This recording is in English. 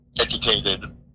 educated